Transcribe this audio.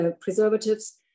preservatives